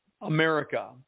America